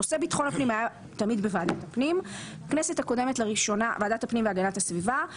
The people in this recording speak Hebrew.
נושא ביטחון הפנים היה תמיד בוועדת הפנים והגנת הסביבה.